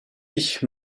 ich